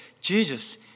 Jesus